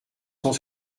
cent